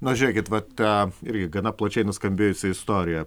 na žiūrėkit va ta irgi gana plačiai nuskambėjusi istorija